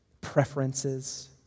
preferences